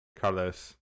Carlos